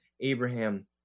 Abraham